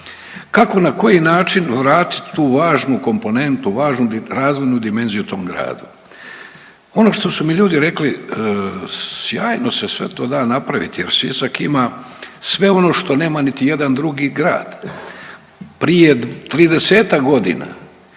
kako, na koji način vratiti tu važnu komponentu, važnu razvojnu dimenziju tom gradu. Ono što su mi ljudi rekli, sjajno se sve to da napraviti jer Sisak ima sve ono što nema niti jedan drugi grad. Prije 30-ak godina